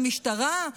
המשטרה,